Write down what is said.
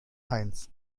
heinz